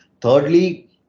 Thirdly